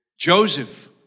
Joseph